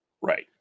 Right